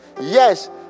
yes